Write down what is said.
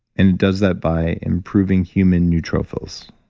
and it does that by improving human neutrophils